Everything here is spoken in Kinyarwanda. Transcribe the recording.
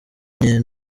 nke